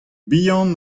bihan